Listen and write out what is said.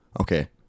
okay